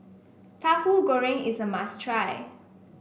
Tahu Goreng is a must try